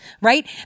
right